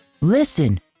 Listen